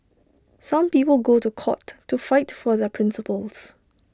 some people go to court to fight for their principles